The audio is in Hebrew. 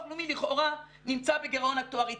הלאומי לכאורה נמצא בגירעון אקטוארי.